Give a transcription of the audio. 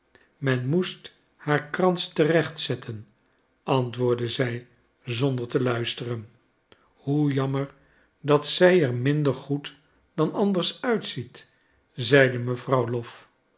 men moest haar krans terechtzetten antwoordde zij zonder te luisteren hoe jammer dat zij er minder goed dan anders uitziet zeide mevrouw lwof